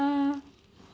uh